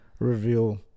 reveal